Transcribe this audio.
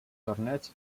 torneig